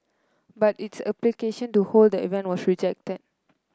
but its application to hold the event was rejected